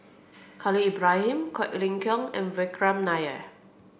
Khalil Ibrahim Quek Ling Kiong and Vikram Nair